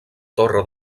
torre